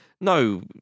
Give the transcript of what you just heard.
no